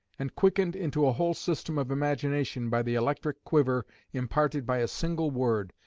and quickened into a whole system of imagination by the electric quiver imparted by a single word,